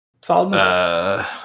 Solid